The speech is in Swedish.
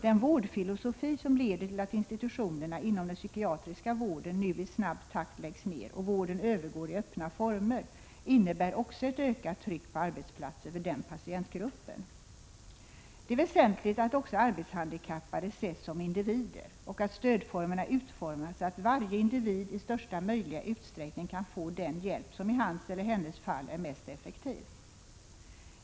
Den vårdfilosofi som leder till att institutionerna inom den psykiatriska vården nu i snabb takt läggs ner och övergår i öppna former innebär också ett ökat tryck på arbetsplatserna för den patientgruppen. Det är väsentligt att också arbetshandikappade ses som individer och att stödformerna utformas så att varje individ i största möjliga utsträckning kan få den hjälp som i hans eller hennes fall är mest effektiv.